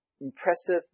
impressive